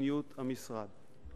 למדיניות המשרד.